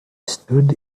stood